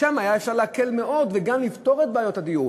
שם היה אפשר להקל מאוד, וגם לפתור את בעיות הדיור.